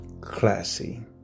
Classy